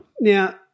Now